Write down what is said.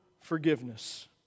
forgiveness